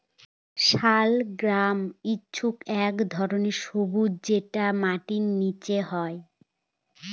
শালগাম হচ্ছে এক ধরনের সবজি যেটা মাটির নীচে হয়